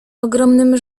ogromnym